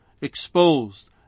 exposed